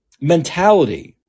mentality